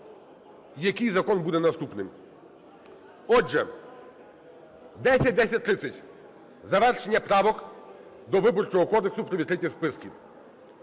який закон буде наступним. Отже, 10-10:30 – завершення правок до Виборчого кодексу про відкриті списки;